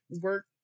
work